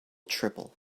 triple